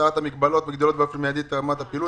הסרת המגבלות והגדלת רמת הפעילות,